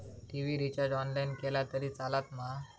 TV recharge online केला तरी चलात मा?